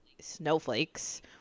snowflakes